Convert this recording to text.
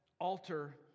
altar